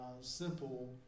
simple